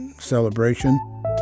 celebration